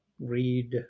read